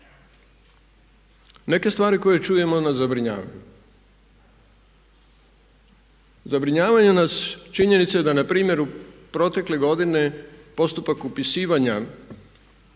Neke stvari koje čujemo nas zabrinjavaju. Zabrinjavaju nas činjenice da npr. u protekle godine postupak upisivanja,